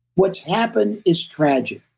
what's happened is tragic.